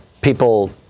people